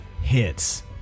hits